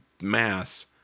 mass